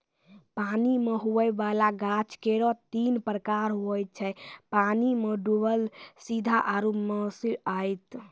पानी मे हुवै वाला गाछ केरो तीन प्रकार हुवै छै पानी मे डुबल सीधा आरु भसिआइत